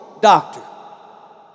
doctor